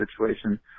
situation